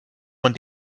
man